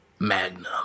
Magnum